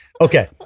Okay